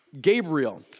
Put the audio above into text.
Gabriel